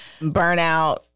Burnout